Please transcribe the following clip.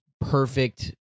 perfect